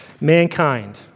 Mankind